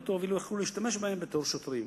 טוב אילו היה אפשר להשתמש בהם בתור שוטרים.